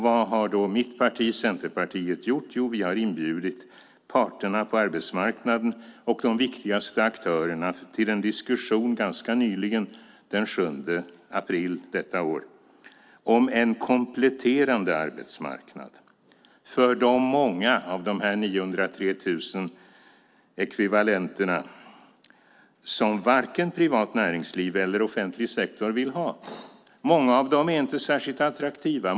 Vad har då mitt parti, Centerpartiet, gjort? Jo, vi har inbjudit parterna på arbetsmarknaden och de viktigaste aktörerna till en diskussion ganska nyligen, den 7 april detta år, om en kompletterande arbetsmarknad för de många bland dessa 903 000 ekvivalenter som varken privat näringsliv eller offentlig sektor vill ha. Många av dem är inte särskilt attraktiva.